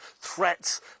threats